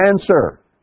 answer